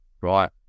Right